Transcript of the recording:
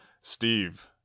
Steve